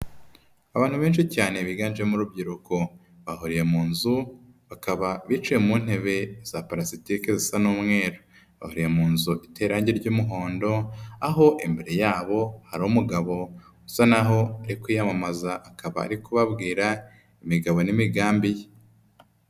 Abantu benshi cyane biganjemo urubyiruko bahuriye mu nzu bakaba bicaye mu ntebe za palasitike zisa n'umweru, bari mu nzu iteye irangi ry'umuhondo aho imbere yabo hari umugabo usa n'aho uri kwiyamamaza akaba ari kubabwira imigabo n'imigambi ye.